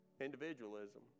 individualism